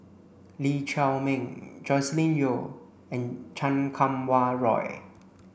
Lee Chiaw Meng Joscelin Yeo and Chan Kum Wah Roy